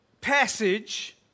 passage